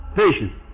patience